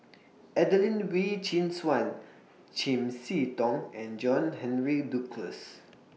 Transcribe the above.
Adelene Wee Chin Suan Chiam See Tong and John Henry Duclos